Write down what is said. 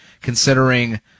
considering